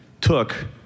took